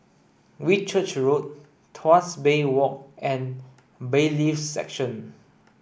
Whitchurch Road Tuas Bay Walk and Bailiffs' Section